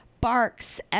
barks